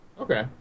Okay